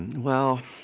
well,